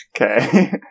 Okay